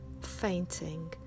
fainting